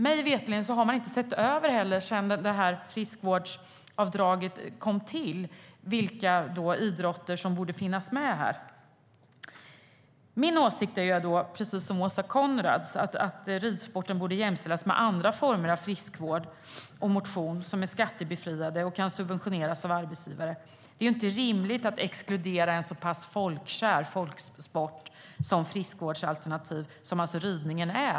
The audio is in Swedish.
Mig veterligt har man inte heller sett över friskvårdsavdraget sedan det kom till för att se vilka idrotter som borde finnas med. Min åsikt - precis som Åsa Coenraads - är att ridsport borde jämställas med andra former av friskvård och motion som är skattebefriade och kan subventioneras av arbetsgivare. Det är inte rimligt att exkludera en så pass folkkär sport som friskvårdsalternativ som ridningen är.